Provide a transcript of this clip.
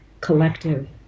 collective